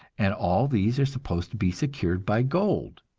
and all these are supposed to be secured by gold